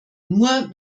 nur